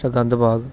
जेहड़ा गंद पाग